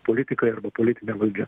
politikai arba politinė valdžia